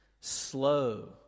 Slow